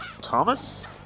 Thomas